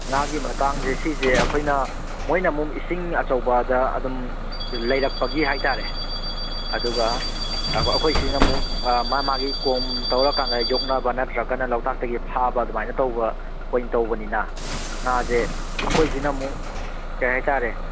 ꯉꯥꯒꯤ ꯃꯇꯥꯡꯖꯦ ꯁꯤꯖꯦ ꯑꯩꯈꯣꯏꯅ ꯃꯣꯏꯅꯃꯨꯛ ꯏꯁꯤꯡ ꯑꯆꯧꯕꯗ ꯑꯗꯨꯝ ꯂꯩꯔꯛꯄꯒꯤ ꯍꯥꯏꯇꯥꯔꯦ ꯑꯗꯨꯒ ꯑꯩꯈꯣꯏꯁꯤꯅ ꯑꯃꯨꯛ ꯃꯥ ꯃꯥꯒꯤ ꯀꯣꯝ ꯇꯧꯔꯀꯥꯟꯗ ꯌꯣꯛꯅꯕ ꯅꯠꯇ꯭ꯔꯒꯅ ꯂꯣꯛꯇꯥꯛꯇꯒꯤ ꯐꯥꯕ ꯑꯗꯨꯃꯥꯏꯅ ꯇꯧꯕ ꯑꯣꯏ ꯇꯧꯕ ꯄꯣꯠꯅꯤꯅ ꯉꯥꯖꯦ ꯑꯩꯈꯣꯏꯁꯤꯅ ꯑꯃꯨꯛ ꯀꯩꯍꯥꯏꯇꯥꯔꯦ